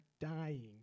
dying